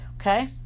Okay